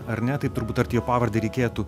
ar ne taip turbūt tarti jo pavardę reikėtų